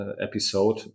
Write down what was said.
episode